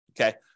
okay